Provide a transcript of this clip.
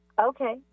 Okay